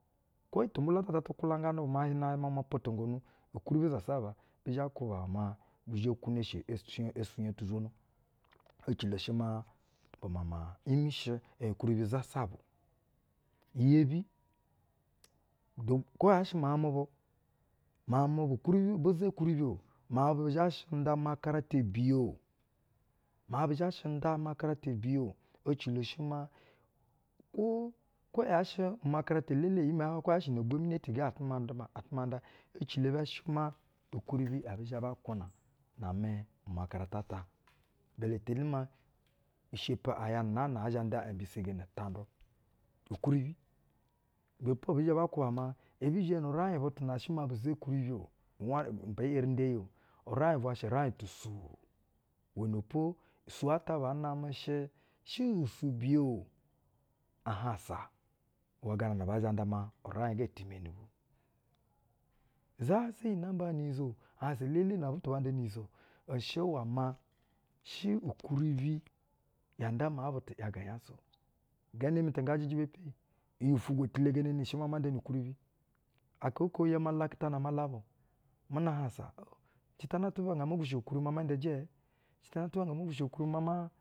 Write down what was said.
Kwo tumbula ta ata tu kwulanganɛ bu maa hi na m omo potoƞgonu, ukwuribi zasaba bi zhɛ kwuba iwɛ maa bi zhɛ kwuno eshe eshi, eswuƞyɛ tu zwono. Ecilo shɛ maa bu mama imɛ shɛ, en,-ukwuribi zasaba o. Iyebi, na, kwo yaa shɛ miauƞmu bu, miauƞmu bu bi za-ukwuribi o, miauƞbu zha shɛ nda umakarata biye o. maiuƞ bu zha shɛ nda umakara biye o. ecilo shɛ maa, kwo kwo yaa shɛ umarakata elele i’imɛ ya hwayɛ kwo yaa shɛ una ugwomineti ga atu ma duma, ga atu ma nda. Ecilo bɛ shɛ maa ukwuribi abɛ zhɛ ba kwuna na-amɛ umakarata ata. Beletini maa i shepi aƞ yaa nu una ana ɛɛ zhɛ nda aƞimbesegeni ya taƞdu. Ukwuribi. Ibɛ po abɛ kwuba maa bu za-ukwuribi o uwan, enen be eri nda iyi o, uraiƞ tusuu. Iwɛnɛ po saa atat baa namɛ shɛ, shɛ usuu ubiye o. Ashƞsa gano na bɛ zhɛ nda maa uraiƞ ga timeni bu. Zasa iyi namba ya nu-unyizo ahaƞsa elele butu ban da nu-unyizo i shɛ iwɛ maa shɛ ukwuribi ya nda maa butu ‘yaga unyasa. Gana mi tɛ ngaa jɛjɛ be pe, iyi ufwugwu tilegeneni shɛ maa ma nda nu-ukwuribi, aka oko ya ma lakɛtana malabu, muna haƞsa, jita na tuba ngɛ zhɛ mo gwushigo ukwuribi maa ma ndo ijɛɛ? Jita tuba ngɛ zhɛ mo gwushigo-ukwuribi maa.